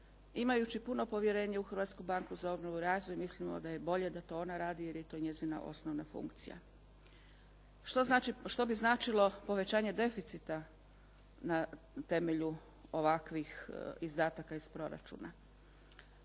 Imajući puno povjerenje u Hrvatsku banku za obnovu i razvoj mislimo da je bolje da ona to radi, jer je to njezina osnovna funkcija. Što bi značilo povećanje deficita na temelju ovakvih izdataka iz proračuna?